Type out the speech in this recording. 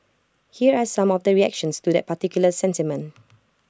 here are some of the reactions to that particular sentiment